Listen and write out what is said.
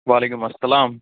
وعلیکُم اَسَلام